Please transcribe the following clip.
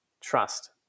trust